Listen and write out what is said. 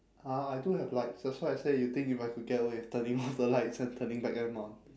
ah I do have lights that's why I say you think if I could get away with turning off the lights and turning back them on